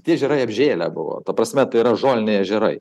tie ežerai apžėlę buvo ta prasme tai yra žoliniai ežerai